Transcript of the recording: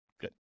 Good